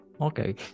okay